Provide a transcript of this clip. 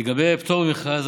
לגבי הפטור ממכרז,